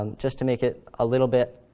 um just to make it a little bit